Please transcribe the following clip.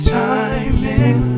timing